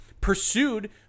pursued